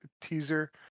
teaser